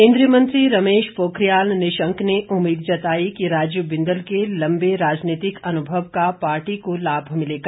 केंद्रीय मंत्री रमेश पोखरियाल निशंक ने उम्मीद जताई कि राजीव बिंदल के लंबे राजनीतिक अनुभव का पार्टी को लाभ मिलेगा